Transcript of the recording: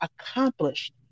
accomplished